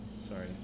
sorry